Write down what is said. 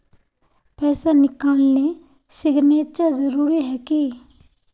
पैसा निकालने सिग्नेचर जरुरी है की?